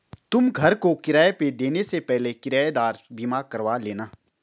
तुम घर को किराए पे देने से पहले किरायेदार बीमा करवा लेना